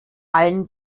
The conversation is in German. allen